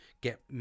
get